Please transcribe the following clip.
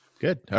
Good